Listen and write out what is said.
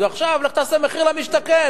ועכשיו לך תעשה מחיר למשתכן